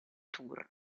tour